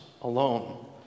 alone